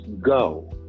go